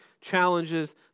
challenges